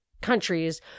countries